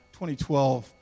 2012